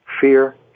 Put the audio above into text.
fear